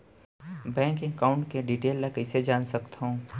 Bank account के detail ल कइसे जान सकथन?